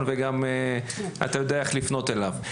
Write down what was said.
שלו וגם אתה יודע איך לפנות אליו.